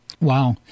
Wow